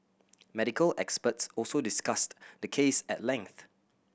medical experts also discussed the case at length